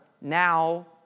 now